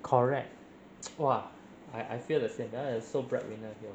correct !wah! I I feel the same that [one] I sole breadwinner here